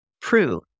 prove